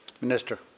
Minister